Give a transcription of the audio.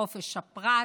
חופש הפרט,